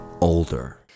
older